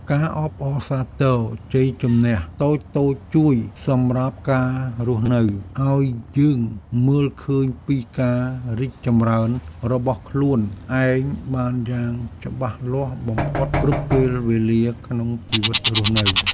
ការអបអរសាទរជ័យជម្នះតូចៗជួយសម្រាប់ការរស់នៅឱ្យយើងមើលឃើញពីការរីកចម្រើនរបស់ខ្លួនឯងបានយ៉ាងច្បាស់លាស់បំផុតគ្រប់ពេលវេលាក្នុងជីវិតរស់នៅ។